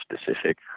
specific